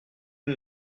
une